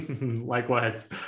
Likewise